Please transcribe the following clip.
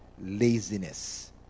laziness